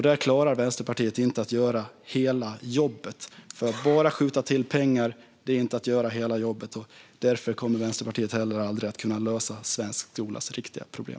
Där klarar Vänsterpartiet inte av att göra hela jobbet, för att bara skjuta till pengar är inte att göra hela jobbet. Därför kommer Vänsterpartiet heller aldrig att kunna lösa svensk skolas riktiga problem.